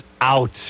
out